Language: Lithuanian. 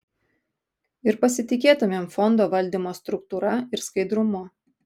ir pasitikėtumėm fondo valdymo struktūra ir skaidrumu